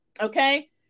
okay